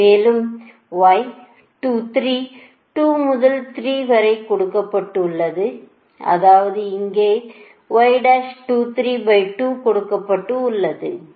மேலும் Y 23 2 முதல் 3 வரை கொடுக்கப்பட்டுள்ளது அதாவது இங்கே கொடுக்கப்பட்டுள்ளது அதாவது j 0